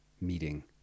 meeting